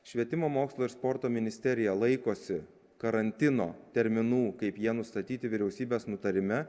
švietimo mokslo ir sporto ministerija laikosi karantino terminų kaip jie nustatyti vyriausybės nutarime